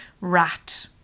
rat